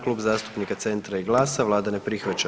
Klub zastupnika Centra i GLAS-a, vlada ne prihvaća.